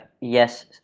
Yes